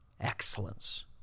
excellence